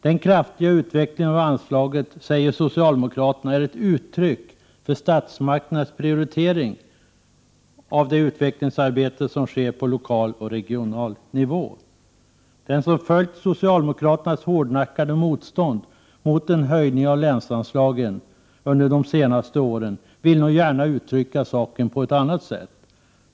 Den kraftiga utvecklingen av anslaget säger socialdemokraterna är ett uttryck för statsmakternas prioritering av det utvecklingsarbete som sker på lokal och regional nivå. Den som följt socialdemokraternas hårdnackade motstånd mot en höjning av länsanslagen under de senaste åren vill nog gärna uttrycka saken på ett annat sätt.